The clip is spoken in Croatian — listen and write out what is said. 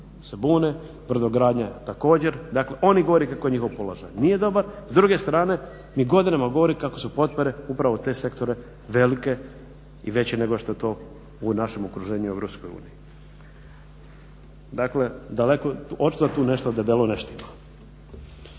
se bune, brodogradnja također. Dakle, oni govore kako njihov položaj nije dobar. S druge strane mi godinama govorimo kako su potpore upravo u te sektore velike i veće nego što je to u našem okruženju u EU. Dakle, daleko, očito da tu nešto debelo ne štima.